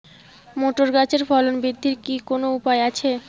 Motor গাছের ফলন বৃদ্ধির কি কোনো উপায় আছে?